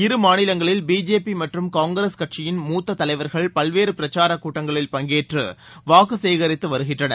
இரு மாநிலங்களில் பிஜேபி மற்றும் காங்கிரஸ் கட்சியின் மூத்த தலைவர்கள் பல்வேறு பிரச்சார கூட்டங்களில் பங்கேற்று வாக்கு சேகரித்து வருகின்றனர்